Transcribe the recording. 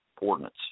ordinance